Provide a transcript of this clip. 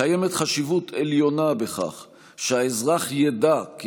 קיימת חשיבות עליונה בכך שהאזרח ידע כי